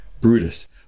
Brutus